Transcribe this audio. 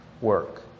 work